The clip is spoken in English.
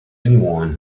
anyone